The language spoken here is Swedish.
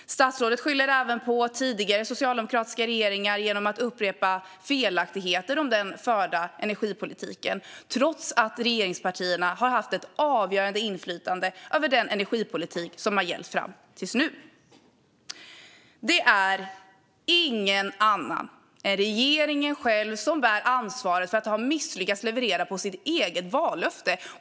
Statsrådet skyller även på tidigare, socialdemokratiska regeringar genom att upprepa felaktigheter om den förda energipolitiken, trots att regeringspartierna har haft ett avgörande inflytande över den energipolitik som har gällt fram till nu. Det är ingen annan än regeringen själv som bär ansvaret för att ha misslyckats med att leverera på sitt eget vallöfte.